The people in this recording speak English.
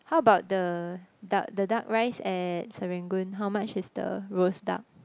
how about the duck the duck rice at Serangoon how much is the roast duck